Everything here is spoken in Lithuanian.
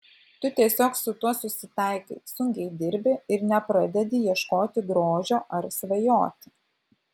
tu tiesiog su tuo susitaikai sunkiai dirbi ir nepradedi ieškoti grožio ar svajoti